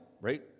right